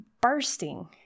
bursting